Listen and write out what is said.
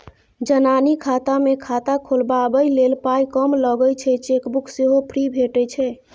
जनानी खाता मे खाता खोलबाबै लेल पाइ कम लगै छै चेकबुक सेहो फ्री भेटय छै